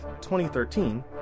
2013